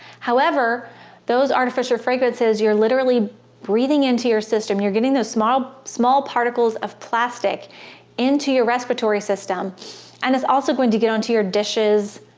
however those artificial fragrances you're literally breathing into your system you're getting those small small particles of plastic into your respiratory system and it's also going to get onto your dishes,